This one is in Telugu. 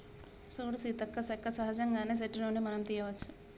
సూడు సీతక్క సెక్క సహజంగానే సెట్టు నుండి మనం తీయ్యవచ్చు